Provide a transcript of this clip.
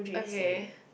okay